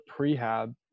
prehab